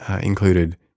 included